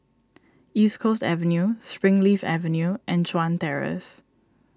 East Coast Avenue Springleaf Avenue and Chuan Terrace